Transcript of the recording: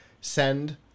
send